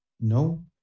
No